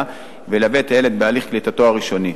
וילווה את הילד בתהליך קליטתו הראשוני.